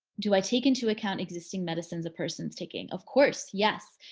do i take into account existing medicines a person's taking? of course, yes.